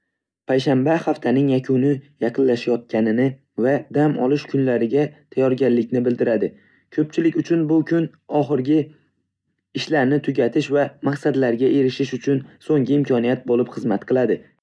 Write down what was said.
Payshanba haftaning yakuni yaqinlashayotganini va dam olish kunlariga tayyorgarlikni bildiradi. Ko'pchilik uchun bu kun oxirgi ishlarni tugatish va maqsadlarga erishish uchun so'nggi imkoniyat bo'lib xizmat qiladi.